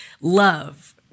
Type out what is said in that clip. love